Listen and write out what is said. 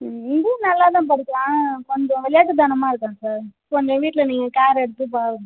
ம் இங்கேயும் நல்லா தான் படிக்கிறான் கொஞ்சம் விளையாட்டுத்தனமாக இருக்கான் சார் கொஞ்சம் வீட்டில் நீங்கள் கேர் எடுத்து பாருங்கள்